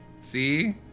See